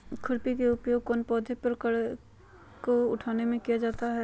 खुरपी का उपयोग कौन पौधे की कर को उठाने में किया जाता है?